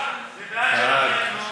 לוועדת העבודה,